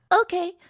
Okay